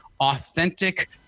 authentic